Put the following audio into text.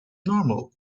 normal